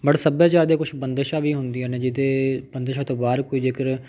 but ਸਭਿਆਚਾਰ ਦੇ ਕੁਛ ਬੰਦਿਸ਼ਾਂ ਵੀ ਹੁੰਦੀਆਂ ਨੇ ਜਿਹਦੇ ਬੰਦਿਸ਼ਾਂ ਤੋਂ ਬਾਹਰ ਕੋਈ ਜੇਕਰ